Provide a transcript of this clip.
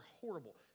horrible